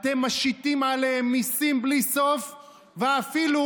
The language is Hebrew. אתם משיתים עליהם מיסים בלי סוף ואפילו